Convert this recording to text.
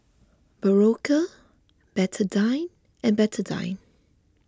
Berocca Betadine and Betadine